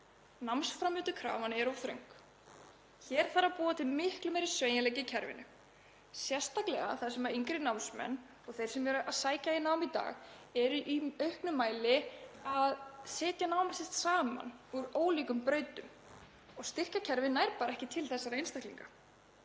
Námsframvindukrafan er of þröng. Hér þarf að búa til miklu meiri sveigjanleika í kerfinu, sérstaklega þar sem yngri námsmenn og þeir sem eru að sækja í nám í dag eru í auknum mæli að setja nám sitt saman úr ólíkum brautum og styrkjakerfið nær ekki til þeirra einstaklinga.